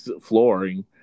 flooring